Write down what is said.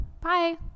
Bye